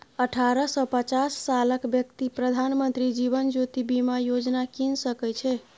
अठारह सँ पचास सालक बेकती प्रधानमंत्री जीबन ज्योती बीमा योजना कीन सकै छै